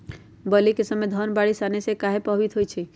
बली क समय धन बारिस आने से कहे पभवित होई छई?